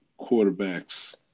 quarterbacks